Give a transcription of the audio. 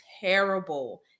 terrible